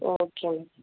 okay ma'am